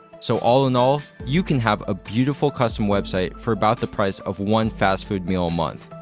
so, all in all, you can have a beautiful custom website for about the price of one fast-food meal a month.